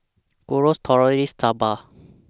Gyros Tortillas Soba